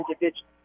individual